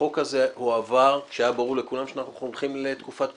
החוק הזה הועבר כשהיה ברור לכולם שאנחנו הולכים לתקופת בחירות.